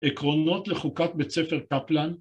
עקרונות לחוקת בית ספר קפלן